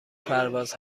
پرواز